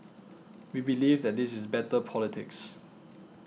we believe that this is better politics